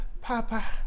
Papa